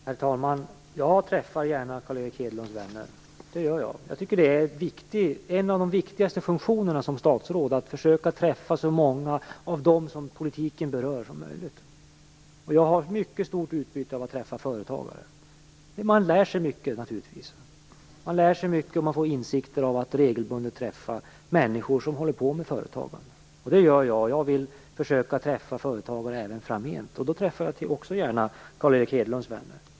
Herr talman! Jag träffar gärna Carl Erik Hedlunds vänner. Jag tycker det är en av de viktigaste funktionerna som statsråd att försöka träffa så många av dem som politiken berör som möjligt. Och jag har mycket stort utbyte av att träffa företagare. Man lär sig mycket och man får nya insikter av att regelbundet träffa människor som håller på med företagande. Det gör jag, och jag vill försöka träffa företagare även framgent. Då träffar jag gärna också Carl Erik Hedlunds vänner.